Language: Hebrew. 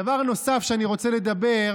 דבר נוסף שאני רוצה לומר,